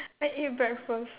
I ate breakfast